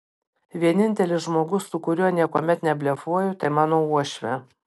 vienintelis žmogus su kuriuo niekuomet neblefuoju tai mano uošvė